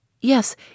Yes